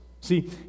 See